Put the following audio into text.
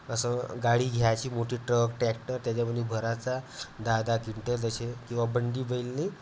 असं गाडी घ्यायची मोठी ट्रक टॅक्टर त्याच्यामध्ये भरायचा दहा दहा क्विंटल तसे किंवा बंडी बैलने